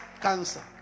cancer